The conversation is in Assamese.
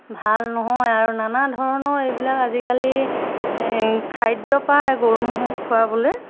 ভাল নহয় আৰু নানা ধৰণৰ এইবিলাক আজিকালি খাদ্য পায় গৰু ম'হক খোৱাবলৈ